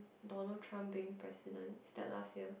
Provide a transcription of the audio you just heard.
Donald-Trump being president is that last year